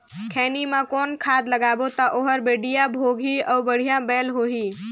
खैनी मा कौन खाद लगाबो ता ओहार बेडिया भोगही अउ बढ़िया बैल होही?